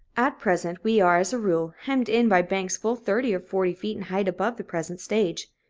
at present we are, as a rule, hemmed in by banks full thirty or forty feet in height above the present stage.